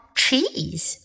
cheese